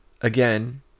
again